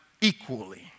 equally